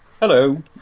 Hello